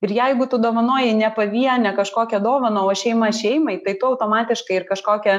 ir jeigu tu dovanoji ne pavienę kažkokią dovaną o šeima šeimai tai tu automatiškai ir kažkokią